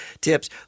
tips